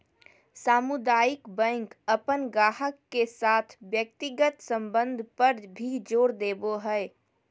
सामुदायिक बैंक अपन गाहक के साथ व्यक्तिगत संबंध पर भी जोर देवो हय